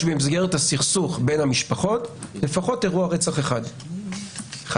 במסגרת הסכסוך בין המשפחות לפחות אירוע רצח אחד חלילה,